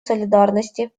солидарности